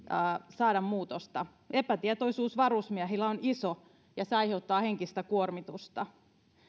saada muutosta epätietoisuus varusmiehillä on iso ja se aiheuttaa henkistä kuormitusta